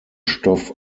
stoff